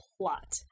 plot